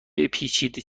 بپیچید